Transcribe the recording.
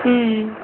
ம் ம்